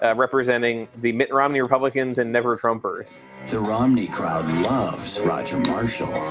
ah representing the mitt romney republicans and never from birth to romney crowd loves roger marshall,